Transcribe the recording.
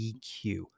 EQ